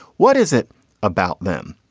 what is it about them?